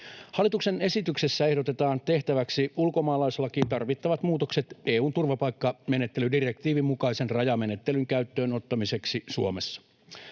Hallituksen esityksessä ehdotetaan tehtäväksi ulkomaalaislakiin tarvittavat muutokset EU:n turvapaikkamenettelydirektiivin mukaisen rajamenettelyn käyttöön ottamiseksi Suomessa.